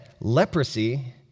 leprosy